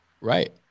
right